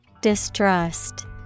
Distrust